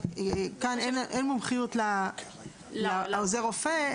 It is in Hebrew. כאן אין מומחיות לעוזר רופא,